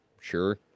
Sure